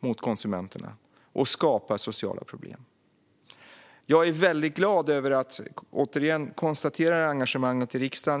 mot konsumenterna och skapar sociala problem. Jag är väldigt glad över att konstatera det här engagemanget i riksdagen.